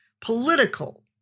political